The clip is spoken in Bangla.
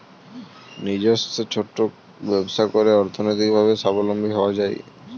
নিজস্ব ছোট ব্যবসা করে অর্থনৈতিকভাবে স্বাবলম্বী হওয়া যায়